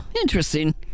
interesting